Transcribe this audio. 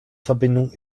verbindung